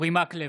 אורי מקלב,